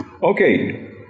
Okay